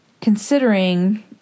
Considering